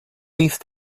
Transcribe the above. east